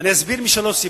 וזה משלוש סיבות: